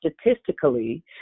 statistically